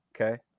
Okay